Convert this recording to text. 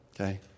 Okay